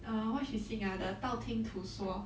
err what she sing ah the 道听途说